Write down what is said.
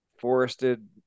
forested